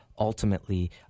Ultimately